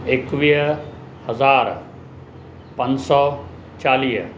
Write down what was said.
एकवीह हज़ार पंज सौ चालीह